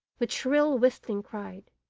with shrill whistling cried.